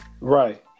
Right